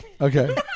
Okay